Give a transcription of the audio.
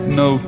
no